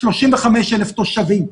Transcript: ל-35,000 תושבים.